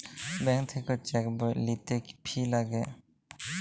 bank থাক্যে cheque বই লিতে ফি লাগে